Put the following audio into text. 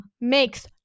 makes